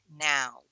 now